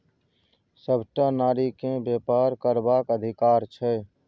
सभटा नारीकेँ बेपार करबाक अधिकार छै